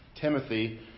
Timothy